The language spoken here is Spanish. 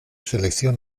selección